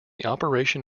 operation